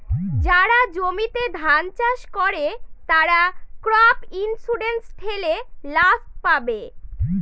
যারা জমিতে ধান চাষ করে, তারা ক্রপ ইন্সুরেন্স ঠেলে লাভ পাবে